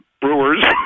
Brewers